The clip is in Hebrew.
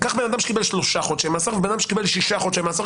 קח בן אדם שקיבל שלושה חודשי מאסר ובן אדם שקיבל שישה חודשי מאסר.